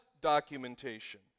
documentation